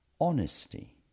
Honesty